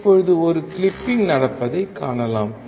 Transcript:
இப்போது ஒரு கிளிப்பிங் நடப்பதைக் காணலாம்